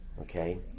Okay